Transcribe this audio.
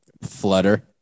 flutter